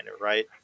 right